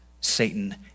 Satan